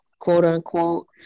quote-unquote